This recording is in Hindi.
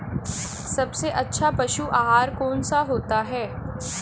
सबसे अच्छा पशु आहार कौन सा होता है?